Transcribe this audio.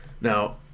Now